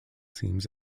teams